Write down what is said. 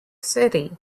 city